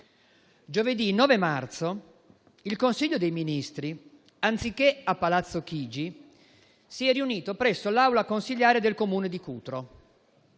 giovedì 9 marzo scorso il Consiglio dei ministri, anziché a Palazzo Chigi, si è riunito presso l'aula consiliare del Comune di Cutro.